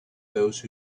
those